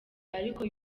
ariko